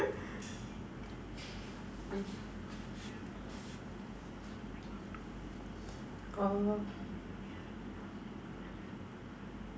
oh